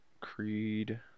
Creed